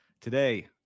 Today